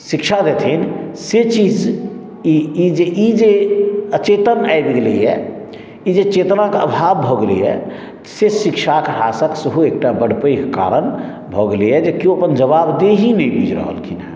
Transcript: शिक्षा देथिन से चीज ई जे ई अचेतन आबि गेलैया ई जे चेतनाक आभाव भऽ गेलैया से शिक्षक ह्रासक सेहो एकटा एकर पैघ कारण भऽ गेलैया जे केओ अपन जबाबदेहि नहि बुझि रहलखिन हँ